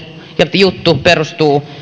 ja juttu perustuu